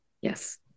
Yes